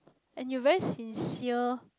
and you very sincere